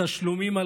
בתשלומים,